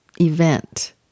event